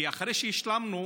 כי אחרי שהשלמנו,